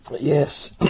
Yes